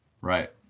Right